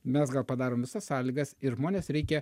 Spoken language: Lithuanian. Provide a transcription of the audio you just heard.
mes gal padarom visas sąlygas ir žmones reikia